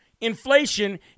Inflation